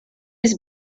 has